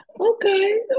okay